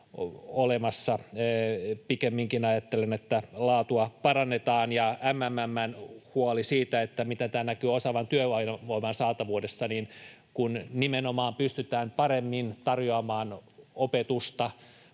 Pikemminkin ajattelen, että laatua parannetaan. Ja mitä tulee MMM:n huoleen siitä, miten tämä näkyy osaavan työvoiman saatavuudessa, niin kun nimenomaan pystytään paremmin tarjoamaan opetusta,